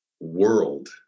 world